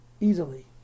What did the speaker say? easily